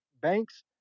Banks